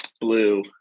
blue